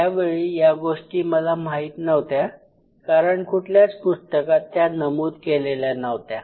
त्यावेळी या गोष्टी मला नाहीत नव्हत्या कारण कुठल्याच पुस्तकात त्या नमूद केलेल्या नव्हत्या